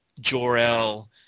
Jor-El